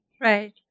Right